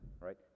right